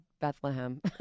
Bethlehem